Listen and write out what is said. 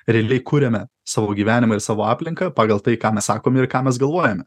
realiai kuriame savo gyvenimą ir savo aplinką pagal tai ką mes sakome ir ką mes galvojame